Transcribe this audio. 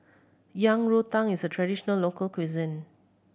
Yang Rou Tang is a traditional local cuisine